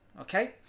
okay